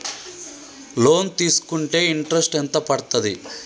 Loan తీస్కుంటే interest ఎంత పడ్తది?